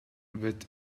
with